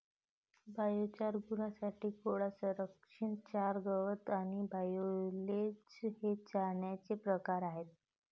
biochar, गुरांसाठी कोंडा, संरक्षित चारा, गवत आणि सायलेज हे चाऱ्याचे प्रकार आहेत